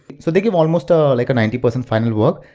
so they give almost a, like a ninety percent final work.